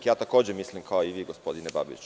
Ja takođe mislim kao i vi, gospodine Babiću.